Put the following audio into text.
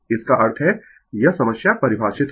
इसका अर्थ है यह समस्या परिभाषित है